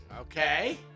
Okay